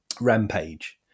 Rampage